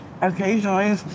Occasionally